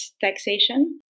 taxation